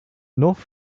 north